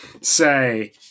say